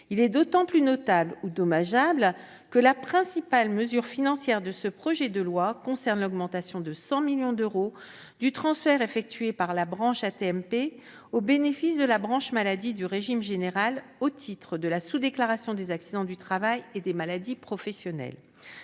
Il est d'autant plus notable- ou dommageable -que la principale mesure financière de ce projet de loi concerne l'augmentation de 100 millions d'euros du transfert effectué par la branche AT-MP au bénéfice de la branche maladie du régime général, au titre de la sous-déclaration des accidents du travail et des maladies professionnelles.